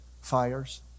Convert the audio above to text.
fires